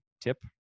tip